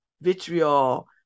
vitriol